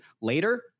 Later